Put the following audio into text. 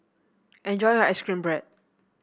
enjoy your ice cream bread